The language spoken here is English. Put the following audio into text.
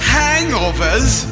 hangovers